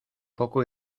poco